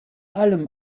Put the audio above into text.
allem